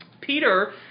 Peter